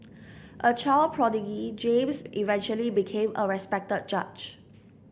a child prodigy James eventually became a respected judge